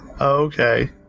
Okay